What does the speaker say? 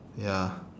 ya